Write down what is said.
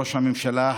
ראש הממשלה,